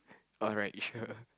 alright sure